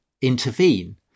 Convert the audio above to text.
intervene